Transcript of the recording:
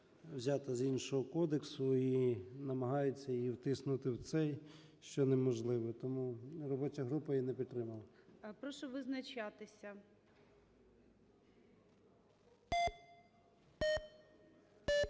взята з іншого кодексу, і намагається її втиснути в цей, що неможливо. Тому робоча група її не підтримала. ГОЛОВУЮЧИЙ. Прошу визначатися.